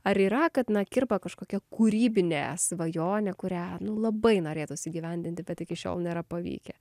ar yra kad na kirba kažkokia kūrybinė svajonė kurią nu labai norėtųsi įgyvendinti bet iki šiol nėra pavykę